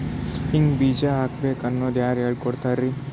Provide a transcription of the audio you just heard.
ಹಿಂಗ್ ಬೀಜ ಹಾಕ್ಬೇಕು ಅನ್ನೋದು ಯಾರ್ ಹೇಳ್ಕೊಡ್ತಾರಿ?